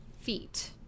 feet